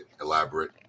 elaborate